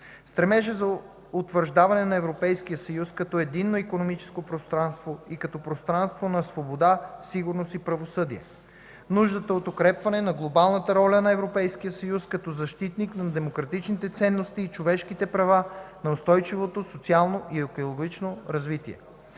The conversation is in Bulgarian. стремежа за утвърждаване на Европейския съюз като единно икономическо пространство и като пространство на свобода, сигурност и правосъдие; - нуждата от укрепване на глобалната роля на Европейския съюз като защитник на демократичните ценности и човешките права, на устойчивото социално и екологично развитие;